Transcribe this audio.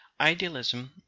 Idealism